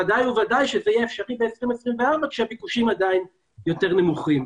ודאי שזה יהיה אפשרי ב-2024 כשהביקושים עדיין יותר נמוכים.